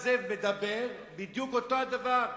זאב, מדבר, בדיוק אותו הדבר,